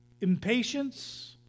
Impatience